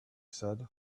said